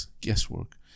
Guesswork